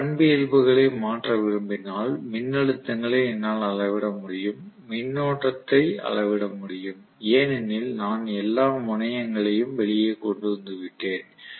நான் பண்பியல்புகளை மாற்ற விரும்பினால் மின்னழுத்தங்களை என்னால் அளவிட முடியும் மின்னோட்டத்தை அளவிட முடியும் ஏனெனில் நான் எல்லா முனையங்களையும் வெளியே கொண்டு வந்து விட்டேன்